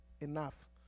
enough